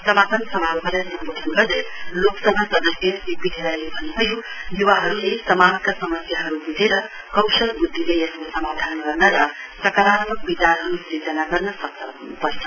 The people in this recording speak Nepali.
समापन समारोहलाई सम्बोधन गर्दै लोकसभा सदस्य श्री पी डी राईले भन्न्भयो य्वाहरूले समाजका समस्याहरू ब्झेर कौशल व्द्धिले यसको समाधान गर्न र सकारात्मक विचारहरू सूजना गर्न सक्षम हन्पर्छ